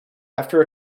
after